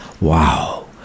Wow